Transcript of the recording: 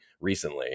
recently